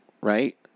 right